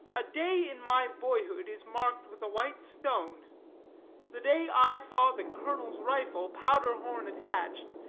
a day in my boyhood is marked with a white stone the day i saw the colonel's rifle, powder-horn attached,